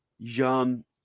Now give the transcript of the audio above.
Jean